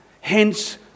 hence